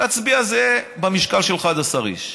תצביע במשקל של 11 איש.